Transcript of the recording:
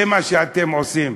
זה מה שאתם עושים.